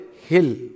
hill